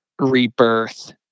rebirth